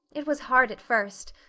it was hard at first.